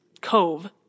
Cove